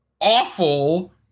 awful